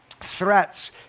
threats